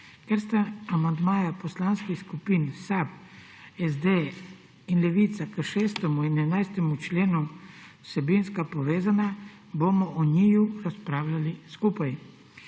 Ker sta amandmaja poslanskih skupin SAB, SD in Levice k 6. in 11. členu vsebinsko povezana, bomo o njiju razpravljali skupaj.